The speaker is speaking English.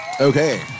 Okay